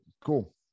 cool